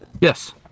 Yes